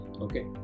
okay